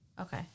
Okay